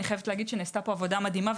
נעשתה פה עבודה מדהימה.